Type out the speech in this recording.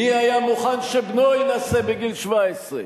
מי היה מוכן שבנו יינשא בגיל 17?